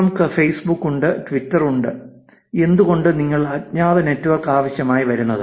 നമുക്ക് ഫേസ്ബുക്ക് ഉണ്ട് ട്വിറ്റർ ഉണ്ട് എന്തുകൊണ്ടാണ് നിങ്ങൾക്ക് അജ്ഞാത നെറ്റ്വർക്ക് ആവശ്യമായി വരുന്നത്